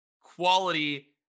quality